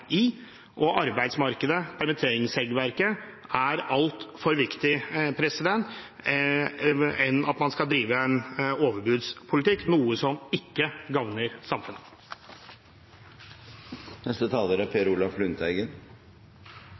er i. Arbeidsmarkedet og permitteringsregelverket er altfor viktig til at man skal drive overbudspolitikk, noe som ikke gagner samfunnet. Utviklinga på arbeidsmarkedet er